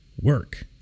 work